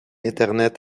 internet